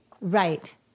right